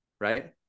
right